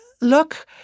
look